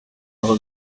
aho